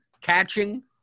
catching